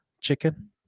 chicken